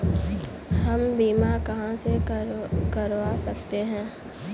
हम बीमा कहां से करवा सकते हैं?